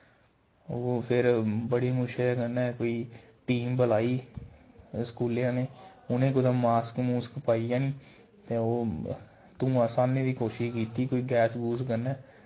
ओह् फिर बड़ी मुश्कलै कन्नै कोई टीम बलाई स्कूले आह्लें उ'नें कुतै मास्क मुस्क पाइयै नी ते ओह् धुआं सांभनें दी कोशिश कीती कोई गैस गूस कन्नै